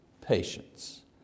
patience